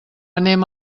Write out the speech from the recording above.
anem